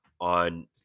on